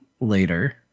later